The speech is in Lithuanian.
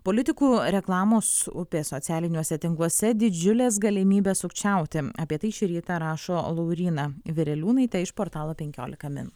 politikų reklamos upės socialiniuose tinkluose didžiulės galimybės sukčiauti apie tai šį rytą rašo lauryna vireliūnaitė iš portalo penkiolika min